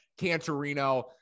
Cantorino